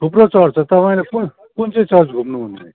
थुप्रो चर्च छ तपाईँहरू कुन कुन चाहिँ चर्च घुम्नु हुने